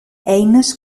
eines